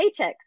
paychecks